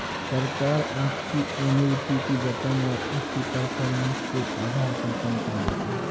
सरकार आपकी एन्युटी की रकम और उसकी परफॉर्मेंस के आधार पर पेंशन देती है